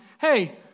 hey